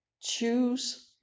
Choose